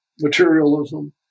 materialism